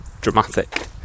dramatic